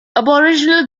aboriginal